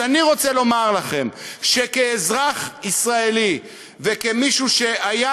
אז אני רוצה לומר לכם שכאזרח ישראלי וכמי שהיה